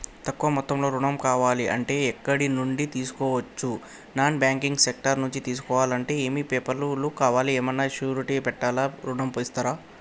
తక్కువ మొత్తంలో ఋణం కావాలి అంటే ఎక్కడి నుంచి తీసుకోవచ్చు? నాన్ బ్యాంకింగ్ సెక్టార్ నుంచి తీసుకోవాలంటే ఏమి పేపర్ లు కావాలి? ఏమన్నా షూరిటీ పెట్టాలా? పెట్టకుండా ఋణం ఇస్తరా?